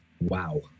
Wow